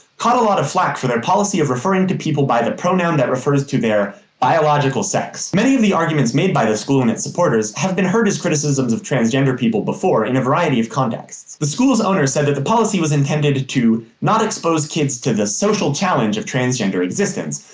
caught a lot of flak for their policy of referring to people by the pronoun that refers to their biological sex. many of the arguments made by the school and its supporters have been heard as criticisms of transgender people before in a variety of contexts. the school's owner said that the policy was intended to not expose kids to the social challenge of transgender existence,